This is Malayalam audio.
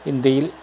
ഇന്ത്യയിൽ